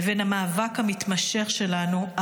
לבין המאבק המתמשך שלנו,